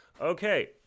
Okay